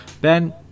Ben